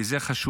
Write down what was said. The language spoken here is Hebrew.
כי זה חשוב.